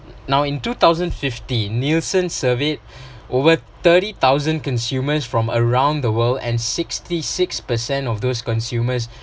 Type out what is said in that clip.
now in two thousand fifteen Nielsen surveyed over thirty thousand consumers from around the world and sixty-six percent of those consumers